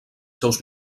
seus